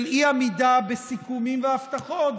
של אי-עמידה בסיכומים והבטחות,